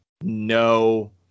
No